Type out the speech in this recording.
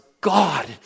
God